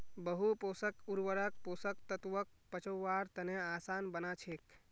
बहु पोषक उर्वरक पोषक तत्वक पचव्वार तने आसान बना छेक